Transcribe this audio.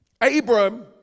Abram